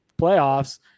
playoffs